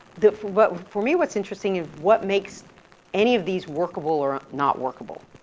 the, for, what for me what's interesting is what makes any of these workable or not workable.